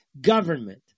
government